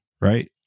right